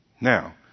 Now